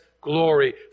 glory